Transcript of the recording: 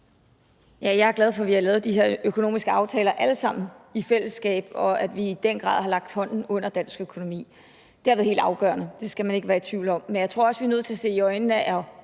sammen i fællesskab har lavet de her økonomiske aftaler, og at vi i den grad har holdt hånden under dansk økonomi. Det har været helt afgørende. Det skal man ikke være i tvivl om. Men jeg tror også, vi er nødt til at se i øjnene og